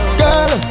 girl